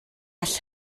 all